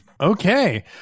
Okay